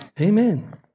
Amen